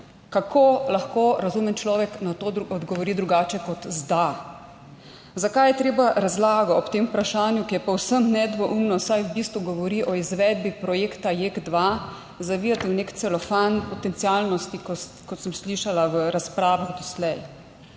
Kako lahko razumen človek na to odgovori drugače kot z da? Zakaj, je treba razlago ob tem vprašanju, ki je povsem nedvoumno, saj v bistvu govori o izvedbi projekta JEK2, zavijati v nek celofan potencialnosti, kot sem slišala v razpravah doslej.